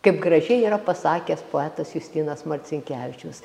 kaip gražiai yra pasakęs poetas justinas marcinkevičius